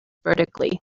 vertically